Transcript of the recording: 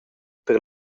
per